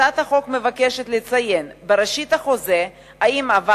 הצעת החוק מבקשת לציין בראשית החוזה אם עבר